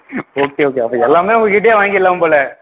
okay okay அப்போ எல்லாமே உங்கக்கிட்டே வாங்கிடலாம் போல்